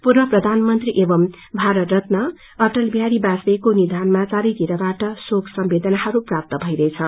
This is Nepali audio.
पूर्व प्रधानमंत्री एवं भारत रत्न अटल बिहारी बाजपेयीको निधनमा चारैतिरबाट शोक संवेदनाहरू प्राप्त भइरहेछ